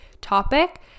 topic